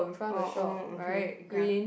oh oh okay ya